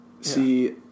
See